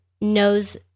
knows